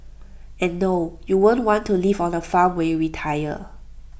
and no you won't want to live on A farm when you retire